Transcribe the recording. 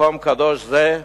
אל מקום קדוש זה,